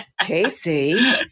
Casey